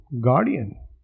Guardian